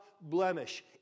blemish